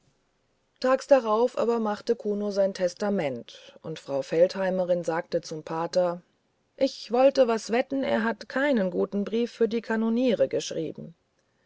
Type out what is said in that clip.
tags darauf aber machte kuno sein testament und frau feldheimerin sagte zum pater ich wollte was wetten er hat keinen guten brief für die kanoniere geschrieben